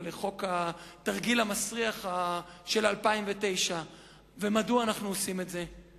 או לחוק התרגיל המסריח של 2009. ומדוע אנחנו עושים את זה?